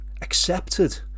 accepted